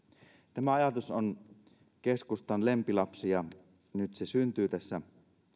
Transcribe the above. tämä ajatus on keskustan lempilapsi ja nyt se syntyy tässä